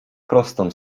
prostą